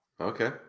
okay